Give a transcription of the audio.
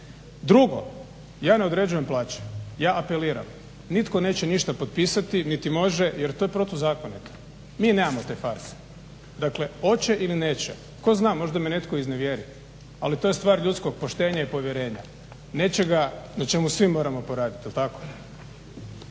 Drugo, ja ne određujem plaće. Ja apeliram, nitko neće ništa potpisati niti može, jer to je protuzakonito. Mi nemamo te farse. Dakle, hoće ili neće. Tko zna, možda me netko iznevjeri, ali to je stvar ljudskog poštenja i povjerenja, nečega na čemu svi moramo poraditi. Jel' tako?